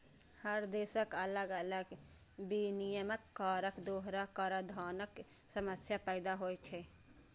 हर देशक अलग अलग नियमक कारण दोहरा कराधानक समस्या पैदा होइ छै